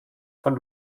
von